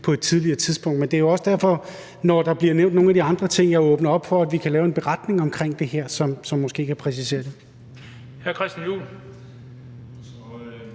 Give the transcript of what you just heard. på et tidligere tidspunkt. Men det er jo også derfor, når der bliver nævnt nogle af de andre ting, at jeg åbner op for, at vi kan lave en beretning omkring det her, som måske kan præcisere det.